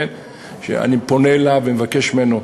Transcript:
אני פונה אליו ומבקש ממנו: